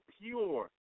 pure